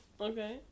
Okay